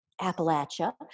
Appalachia